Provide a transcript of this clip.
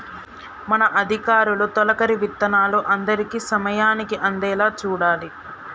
మన అధికారులు తొలకరి విత్తనాలు అందరికీ సమయానికి అందేలా చూడాలి